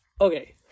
Okay